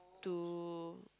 to